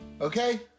Okay